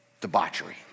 debauchery